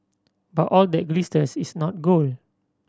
but all that glisters is not gold